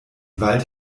wald